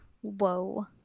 whoa